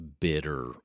bitter